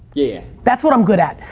yeah. that's what i'm good at,